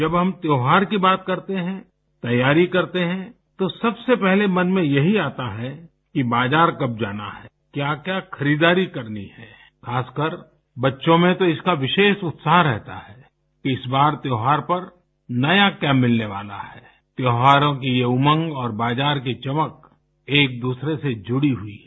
जब हम त्योहार की बात करते हैं तैयारी करते हैं तो सबसे पहले मन में यही आता है कि बाजार कब जाना है क्या क्या खरीदारी करनी है खासकर बच्चों में तो इसका विशेष उत्साह रहता है इस बार त्यौहार पर नया क्या मिलने वाला है त्यौहारों की ये उमंग और बाजार की चमक एक दूसरे से जुड़ी हुई है